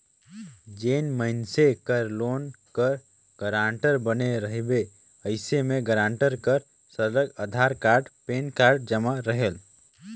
जेन मइनसे कर लोन कर गारंटर बने रहिबे अइसे में गारंटर कर सरलग अधार कारड, पेन कारड जमा रहेल